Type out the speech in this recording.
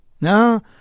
now